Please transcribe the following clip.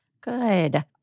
good